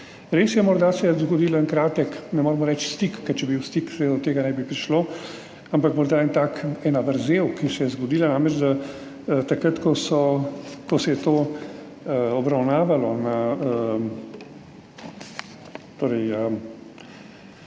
Res je, morda se je zgodil en kratek, ne moremo reči stik, ker če bi bil stik, seveda do tega ne bi prišlo, ampak morda ena vrzel se je zgodila. Namreč takrat ko se je to obravnavalo na Odboru za